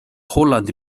hollandi